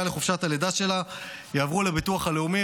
לחופשת הלידה שלה יעברו לביטוח הלאומי,